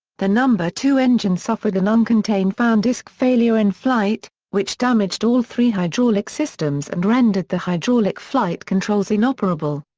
the number two engine suffered an uncontained fan disk failure in flight, which damaged all three hydraulic systems and rendered the hydraulic flight controls inoperable.